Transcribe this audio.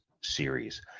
series